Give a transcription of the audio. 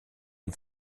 man